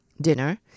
dinner